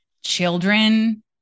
children